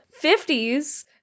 50s